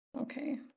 Okay